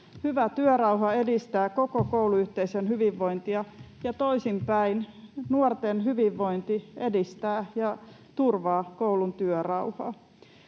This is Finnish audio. Hyvä työrauha edistää koko kouluyhteisön hyvinvointia, ja toisinpäin nuorten hyvinvointi edistää ja turvaa koulun työrauhaa.